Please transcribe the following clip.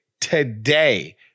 today